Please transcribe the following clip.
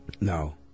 No